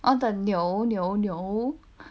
哦 the 牛牛牛